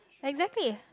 exactly